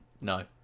No